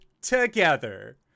together